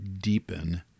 deepen